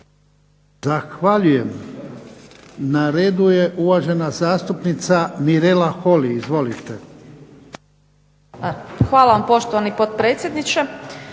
Zahvaljujem. Na redu je uvažena zastupnica Mirela Holy. Izvolite.